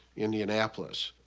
indianapolis.